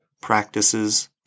practices